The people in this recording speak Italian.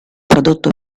prodotto